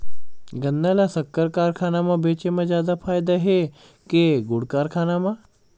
गन्ना ल शक्कर कारखाना म बेचे म जादा फ़ायदा हे के गुण कारखाना म?